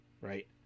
right